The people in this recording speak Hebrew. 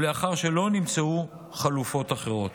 ולאחר שלא נמצאו חלופות אחרות.